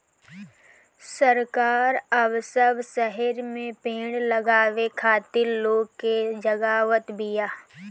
सरकार अब सब शहर में पेड़ लगावे खातिर लोग के जगावत बिया